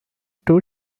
two